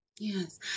Yes